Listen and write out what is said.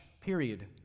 period